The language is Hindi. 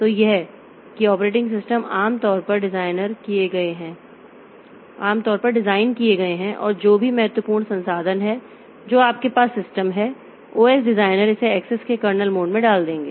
तो यह है कि ऑपरेटिंग सिस्टम आम तौर पर डिज़ाइन किए गए हैं जो भी महत्वपूर्ण संसाधन हैं जो आपके पास सिस्टम हैं ओएस डिजाइनर इसे एक्सेस के कर्नेल मोड में डाल देंगे